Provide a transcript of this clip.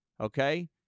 okay